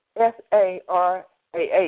S-A-R-A-H